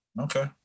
Okay